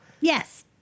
Yes